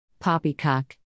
Poppycock